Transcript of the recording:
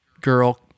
girl